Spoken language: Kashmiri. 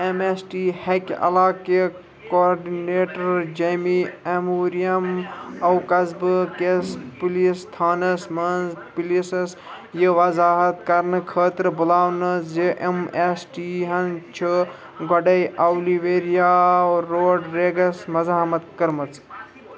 ایٚم ایٚس ٹی ہٮ۪کہِ علاقہِ کۄڈِنیٹَر جیمی ایٚمورِیَم آو قصبہٕ کِس پُلیٖس تھانس منٛز پُلیٖسس یہِ وضاحت کرنہٕ خٲطرٕ بُلاونہٕ زِ ایٚم ایٚس ٹی ہن چھُ گۄڈَے اۄلِویرِیا روڈریٖگس مزامت كٕرمژ